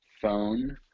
phone